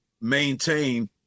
maintain